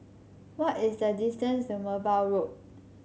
what is the distance to Merbau Road